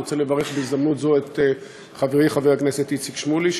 אני רוצה לברך בהזדמנות זו את חברי חבר הכנסת איציק שמולי,